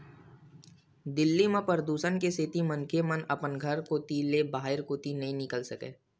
दिल्ली म परदूसन के सेती मनखे मन अपन घर कोती ले बाहिर कोती नइ निकल सकय